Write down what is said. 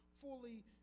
fully